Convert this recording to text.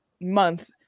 month